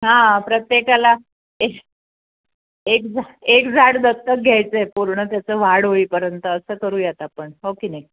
हां प्रत्येकाला एक एक एक झाड दत्तक घ्यायचं आहे पूर्ण त्याचं वाढ होईपर्यंत असं करूयात आपण हो की नाही